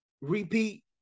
repeat